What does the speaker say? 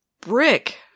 Brick